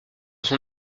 son